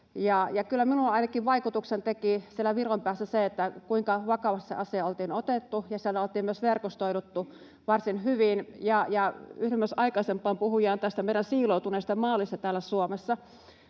ainakin minuun vaikutuksen teki siellä Viron päässä se, kuinka vakavasti se asia oltiin otettu ja siellä oltiin myös verkostoiduttu varsin hyvin. Yhdyn myös aikaisempaan puhujaan tästä meidän siiloutuneesta mallista täällä Suomessa.